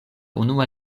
unua